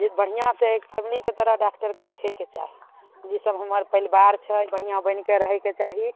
जे बढ़िआँ से फैमिलीके तरह डाक्टरके देखैके चाही ई सब हमर परिवार छै बढ़िआँ बैनिके रहैके चाही